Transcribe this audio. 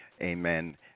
amen